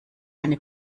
eine